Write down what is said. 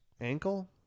Ankle